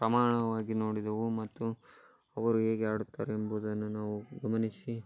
ಪ್ರಮಾಣವಾಗಿ ನೋಡಿದೆವು ಮತ್ತು ಅವರು ಹೇಗೆ ಆಡುತ್ತಾರೆ ಎಂಬುದನ್ನು ನಾವು ಗಮನಿಸಿ